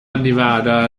nevada